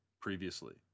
Previously